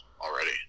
already